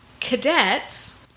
cadets